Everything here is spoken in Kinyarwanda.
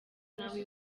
nawe